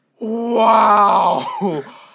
Wow